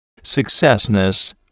successness